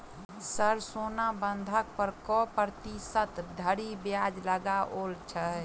Sir सोना बंधक पर कऽ प्रतिशत धरि ब्याज लगाओल छैय?